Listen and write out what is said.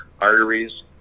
arteries